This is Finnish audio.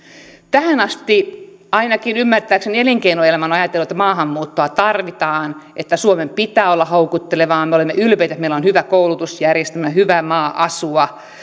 tähän asti ainakin ymmärtääkseni elinkeinoelämä on ajatellut että maahanmuuttoa tarvitaan ja että suomen pitää olla houkutteleva me olemme ylpeitä siitä että meillä on hyvä koulutusjärjestelmä ja hyvä maa asua